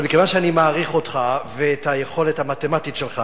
אבל מכיוון שאני מעריך אותך ואת היכולת המתמטית שלך